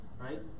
right